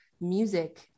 music